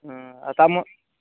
ᱚᱸᱻ